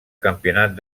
campionat